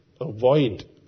avoid